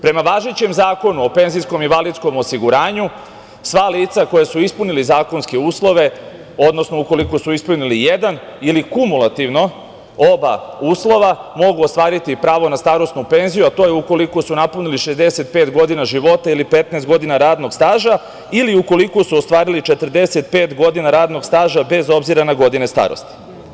Prema važećem Zakonu o penzijskom i invalidskom osiguranju, sva lica koja su ispunila zakonske uslove, odnosno ukoliko su ispunili jedan ili kumulativno oba uslova, mogu ostvariti pravo na starosnu penziju, a to je ukoliko su napunili 65 godina života ili 15 godina radnog staža ili ukoliko su ostvarili 45 godina radnog staža, bez obzira na godine starosti.